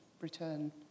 return